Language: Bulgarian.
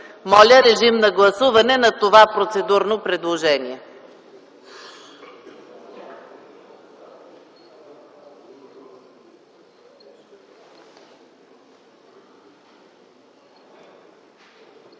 Моля да гласуваме това процедурно предложение.